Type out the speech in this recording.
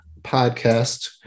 podcast